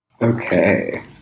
Okay